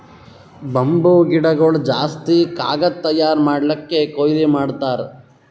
bamboo ಗಿಡಗೊಳ್ ಜಾಸ್ತಿ ಕಾಗದ್ ತಯಾರ್ ಮಾಡ್ಲಕ್ಕೆ ಕೊಯ್ಲಿ ಮಾಡ್ತಾರ್